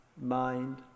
mind